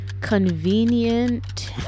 convenient